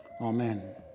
Amen